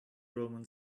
roman